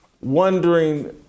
wondering